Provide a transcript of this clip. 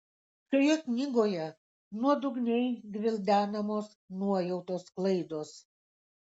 šioje knygoje nuodugniai gvildenamos nuojautos klaidos